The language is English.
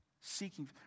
Seeking